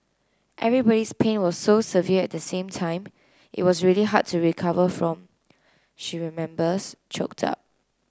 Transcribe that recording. everybody's pain was so severe at the same time it was really hard to recover from she remembers choked up